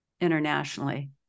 internationally